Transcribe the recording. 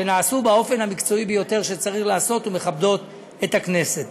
שנעשו באופן המקצועי ביותר שצריך לעשות ומכבדות את הכנסת.